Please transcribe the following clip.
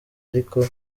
ariko